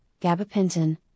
gabapentin